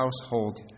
household